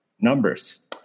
numbers